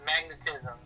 magnetism